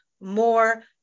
more